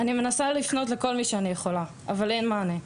אני מנסה לפנות לכל מי שאני יכולה אבל אין מענה.